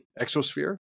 exosphere